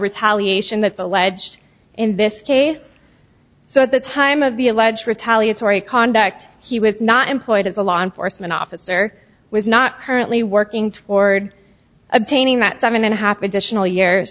retaliation that's alleged in this case so at the time of the alleged retaliatory conduct he was not employed as a law enforcement officer was not currently working toward obtaining that seven and a half additional years